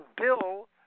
Bill